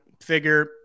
Figure